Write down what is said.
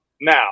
Now